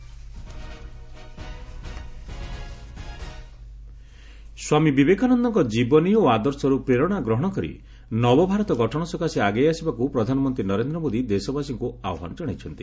PM Vivekananda Swami ବିବେକାନନ୍ଦଙ୍କ ଜୀବନୀ ଓ ଆଦର୍ଶରୁ ପ୍ରେରଣା ଗ୍ରହଣ କରି ନବଭାରତ ଗଠନ ସକାଶେ ଆଗେଇ ଆସିବାକୁ ପ୍ରଧାନମନ୍ତ୍ରୀ ନରେନ୍ଦ୍ର ମୋଦି ଦେଶବାସୀଙ୍କୁ ଆହ୍ୱାନ ଜଣାଇଛନ୍ତି